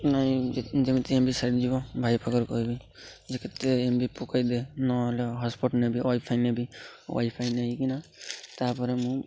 ନାଇଁ ଯେମିତି M B ସରିଯିବ ଭାଇ ପାାଖର କହିବି ଯେ କେତେ ଏମବି ପକେଇଦିଏ ନହେଲେ ହଟସ୍ପଟ ନେବି ୱାଇଫାଇ ନେବି ୱାଇଫାଇ ନେଇକିନା ତାପରେ ମୁଁ